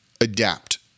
adapt